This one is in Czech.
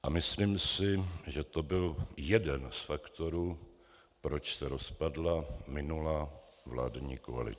A myslím si, že to byl jeden z faktorů, proč se rozpadla minulá vládní koalice.